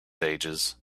ages